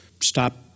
stop